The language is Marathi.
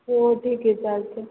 हो ठीक आहे चालतय